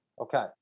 Okay